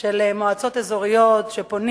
של מועצות אזוריות, שפונים